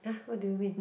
[huh] what do you mean